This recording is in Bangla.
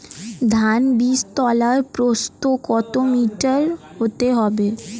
ধান বীজতলার প্রস্থ কত মিটার হতে হবে?